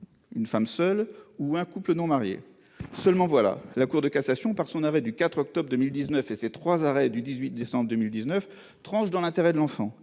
une femme seule ou un couple non marié. Mais la Cour de cassation, par son arrêt du 4 octobre 2019 et ses trois arrêts du 18 décembre 2019, a tranché dans l'intérêt de l'enfant.